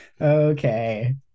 Okay